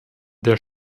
der